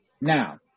Now